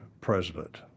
president